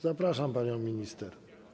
Zapraszam panią minister.